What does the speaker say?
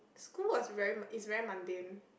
school was very is very mundane